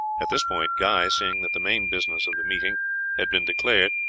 at this point, guy, seeing that the main business of the meeting had been declared,